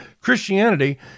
Christianity